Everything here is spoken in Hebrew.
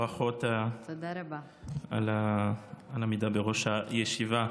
וברכות על העמידה בראש הישיבה.